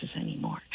anymore